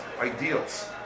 ideals